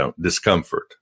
discomfort